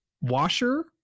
washer